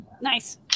Nice